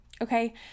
Okay